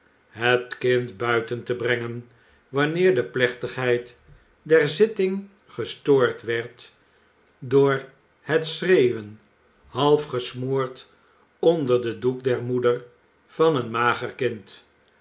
het kind buiten te brengen wanneer de plechtigheid der zitting gestoord werd door het schreeuwen half gesmoord onder den doek der moeder van een mager kind